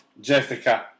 Jessica